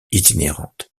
itinérantes